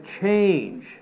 change